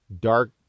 dark